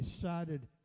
decided